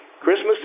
Christmas